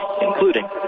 including